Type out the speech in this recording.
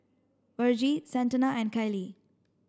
Virgie Santana and Kayli